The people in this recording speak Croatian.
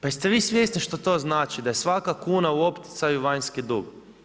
Pa jeste vi svjesni što to znači, da je svaka kuna u opticaju vanjski dug.